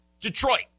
Detroit